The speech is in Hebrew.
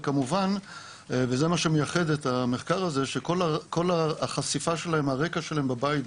ומה שמייחד את המחקר הזה זה כל החשיפה שלהם הרקע שלהם בבית,